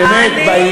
באמת,